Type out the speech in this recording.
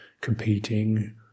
competing